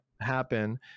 happen